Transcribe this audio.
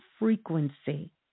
Frequency